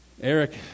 Eric